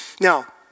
Now